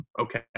okay